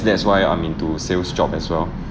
that's why I'm into sales job as well